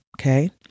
Okay